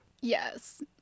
yes